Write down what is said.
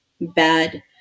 bad